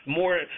more